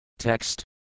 Text